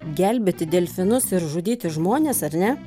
gelbėti delfinus ir žudyti žmones ar ne